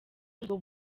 ubwo